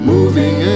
Moving